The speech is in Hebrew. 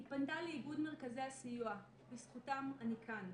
היא פנתה לאיגוד מרכזי הסיוע ובזכותם אני כאן.